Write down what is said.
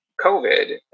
COVID